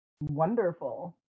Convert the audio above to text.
wonderful